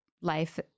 life